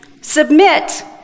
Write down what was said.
submit